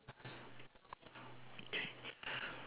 a little bit senget